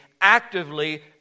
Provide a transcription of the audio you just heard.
actively